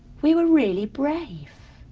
we were really brave